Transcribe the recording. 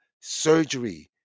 surgery